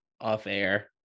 off-air